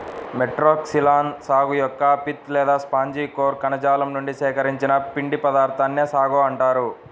Metroxylon సాగు యొక్క pith లేదా స్పాంజి కోర్ కణజాలం నుండి సేకరించిన పిండి పదార్థాన్నే సాగో అంటారు